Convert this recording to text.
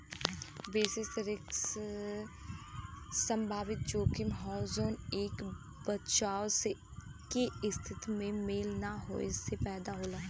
basis risk संभावित जोखिम हौ जौन एक बचाव के स्थिति में मेल न होये से पैदा होला